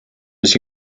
was